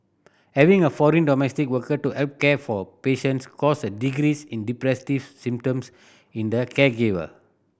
having a foreign domestic worker to help care for patients caused a decrease in depressive symptoms in the caregiver